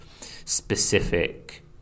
specific